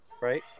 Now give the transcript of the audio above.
Right